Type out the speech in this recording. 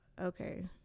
okay